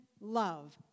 love